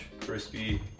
crispy